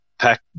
pack